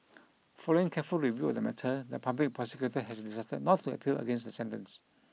following careful review of the matter the public prosecutor has decided not to appeal against the sentence